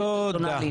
תודה.